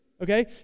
okay